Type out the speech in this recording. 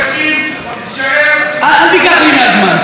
היושב-ראש,